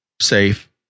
safe